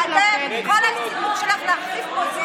יש פה איזו חברת כנסת שאני לא יודעת למה היא